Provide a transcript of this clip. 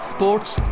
Sports